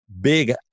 big